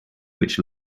which